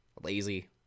Lazy